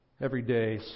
everyday